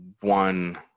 one